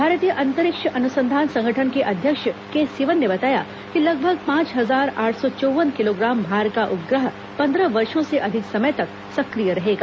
भारतीय अंतरिक्ष अनुसंधान संगठन के अध्यक्ष के सीवन ने बताया कि लगभग पांच हजार आठ सौ चौव्वन किलोग्राम भार का उपग्रह पन्द्रह वर्षो से अधिक समय तक सक्रिय रहेगा